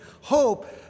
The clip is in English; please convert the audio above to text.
hope